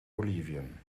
bolivien